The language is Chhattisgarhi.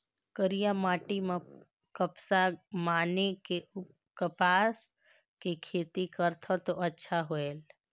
करिया माटी म कपसा माने कि कपास के खेती करथन तो अच्छा होयल?